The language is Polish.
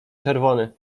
czerwony